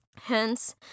Hence